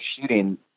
shooting